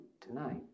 tonight